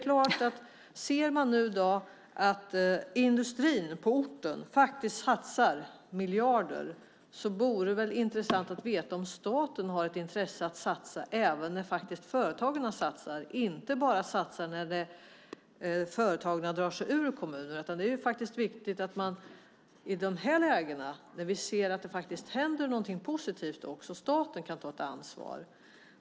När man nu ser att industrin på orten satsar miljarder vore det naturligtvis intressant att få veta om även staten har ett intresse av att satsa i stället för att bara satsa när företagen flyttar ut från kommunerna. Det är viktigt att staten också i ett läge när det händer något positivt kan ta ett ansvar.